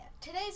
Today's